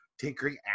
Tinkering